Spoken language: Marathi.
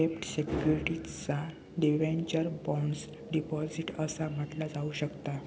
डेब्ट सिक्युरिटीजका डिबेंचर्स, बॉण्ड्स, डिपॉझिट्स असा म्हटला जाऊ शकता